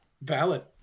Valid